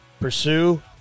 Pursue